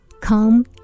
Come